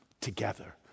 together